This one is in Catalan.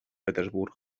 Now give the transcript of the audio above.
petersburg